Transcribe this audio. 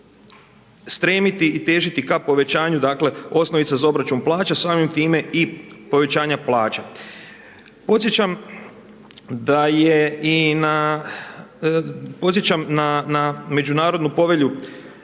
stremiti i težiti ka povećanju dakle osnovica za obračun plaća, samim time i povećanja plaća. Podsjećam da je i na, podsjećam